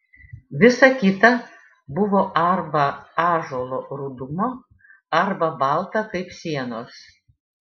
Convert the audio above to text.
visa kita buvo arba ąžuolo rudumo arba balta kaip sienos